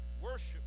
worship